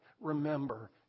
Remember